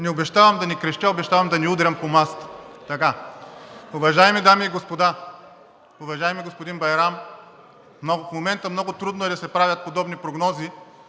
Не обещавам да не крещя, обещавам да не удрям по масата. Уважаеми дами и господа! Уважаеми господин Байрам, в момента е много трудно да се правят подобни прогнози